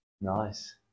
Nice